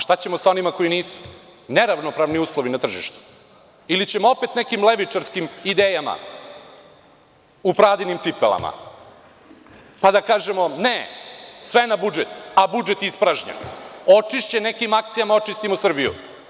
Šta ćemo sa onima koji nisu, neravnopravni uslovi na tržištu, ili ćemo opet nekim levičarskim idejama u Pradinim cipelama, pa da kažemo – ne, sve na budžet, a budžet ispražnjen, očišćen nekim akcijama očistimo Srbiju?